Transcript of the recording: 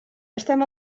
estem